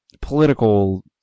political